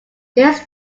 dennis